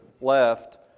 left